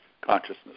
consciousness